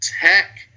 Tech